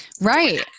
Right